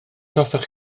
hoffech